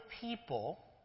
people